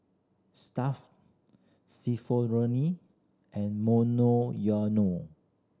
Stuff'd and Monoyono